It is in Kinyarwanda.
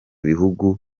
bihugu